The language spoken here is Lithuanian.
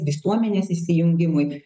visuomenės įsijungimui